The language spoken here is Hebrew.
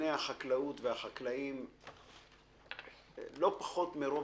בענייני החקלאות והחקלאים לא פחות מרוב